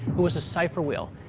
it was a cipher wheel,